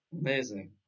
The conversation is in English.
Amazing